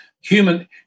human